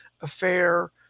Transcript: affair